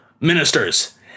ministers